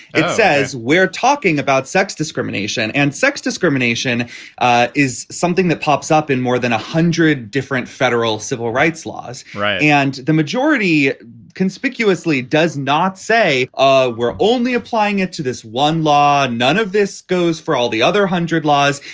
it says we're talking about sex discrimination and sex discrimination is something that pops up in more than a hundred different federal civil rights laws. right. and the majority conspicuously does not say ah we're only applying it to this one law. none of this goes for all the other hundred laws.